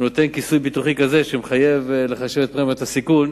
הוא נותן כיסוי ביטוחי כזה שמחייב לחשב את פרמיית הסיכון,